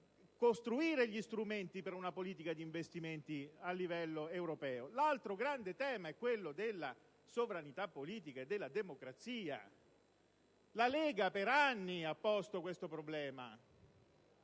costruire gli strumenti per una politica di investimenti a livello europeo. L'altro grande tema è quello della sovranità politica e della democrazia. La Lega per anni ha posto questo problema: